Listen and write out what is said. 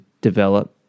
develop